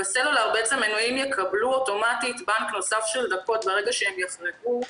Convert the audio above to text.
בסלולר מנויים יקבלו אוטומטית בנק נוסף של דקות ברגע שהם יחרגו,